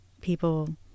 people